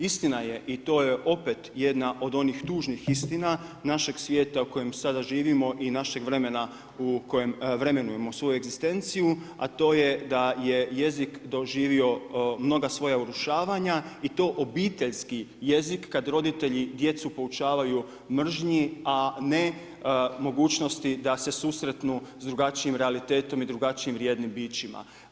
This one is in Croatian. Istina je, i to je opet jedna od onih tužnih istina našeg svijeta u kojem sada živimo i našeg vremena u kojem vremenujemo svu egzistenciju, a to je da je jezik doživio mnoga svoja urušavanja i to obiteljski jezik kad roditelji djecu poučavaju mržnji, a ne mogućnosti da se susretnu s drugačijim realitetom i drugačiji vrijednim bićima.